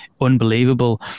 unbelievable